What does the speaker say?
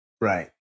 Right